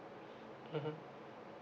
mmhmm